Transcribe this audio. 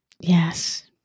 yes